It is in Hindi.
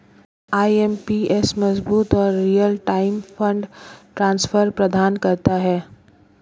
आई.एम.पी.एस मजबूत और रीयल टाइम फंड ट्रांसफर प्रदान करता है